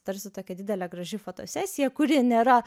tarsi tokia didelė graži fotosesija kuri nėra